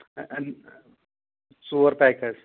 ژور پیک حظ